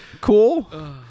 cool